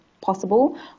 possible